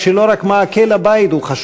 מזרחי ואת כל אלה שנטלו חלק ביום החשוב